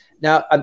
Now